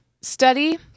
study